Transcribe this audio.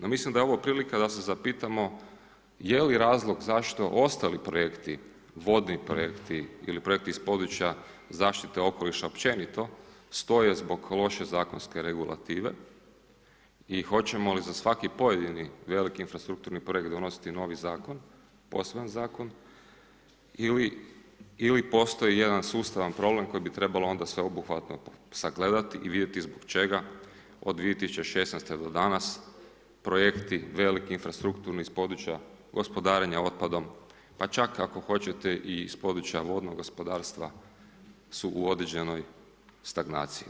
No mislim da je ovo prilika da se zapitamo je li razlog zašto ostali projekti, vodni projekti, ili projekti iz područja zaštite okoliša općenito, stoje zbog loše zakonske regulative, i hoćemo li za svaki pojedini veliki infrastrukturni projekt, donositi novi Zakon, poseban Zakon ili postoji jedan sustavan problem koji bi trebalo onda sveobuhvatno sagledati i vidjeti zbog čega od 2016. do danas, projekti, veliki infrastrukturni, iz područja gospodarenja otpadom, pa čak i ako hoćete i iz područja vodnog gospodarstva, su u određenoj stagnaciji.